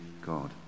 God